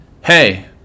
hey